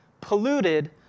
polluted